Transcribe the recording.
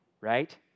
Right